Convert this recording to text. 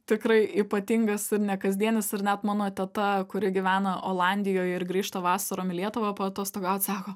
tikrai ypatingas ir nekasdienis ir net mano teta kuri gyvena olandijoj ir grįžta vasarom į lietuvą paatostogaut sako